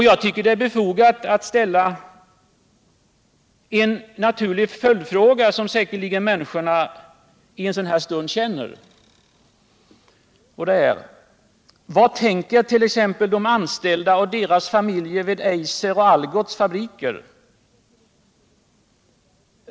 Jag tycker att det är befogat att rikta en följdfråga, som människor naturligtvis ställer sig i en sådan här stund: Vad tänker t.ex. de anställda och deras familjer vid AB Eiser och vid Algots fabriker?